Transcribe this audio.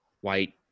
white